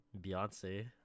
Beyonce